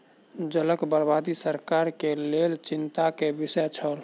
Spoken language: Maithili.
जलक बर्बादी सरकार के लेल चिंता के विषय छल